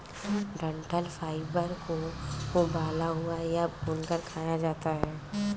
डंठल फाइबर को उबला हुआ या भूनकर खाया जाता है